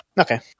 Okay